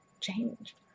change